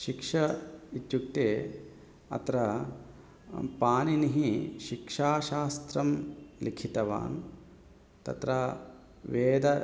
शिक्षा इत्युक्ते अत्र पाणिनेः शिक्षाशास्त्रं लिखितवान् तत्र वेदः